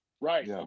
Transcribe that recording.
Right